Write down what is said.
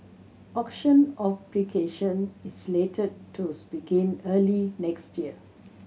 auction application is slated to begin early next year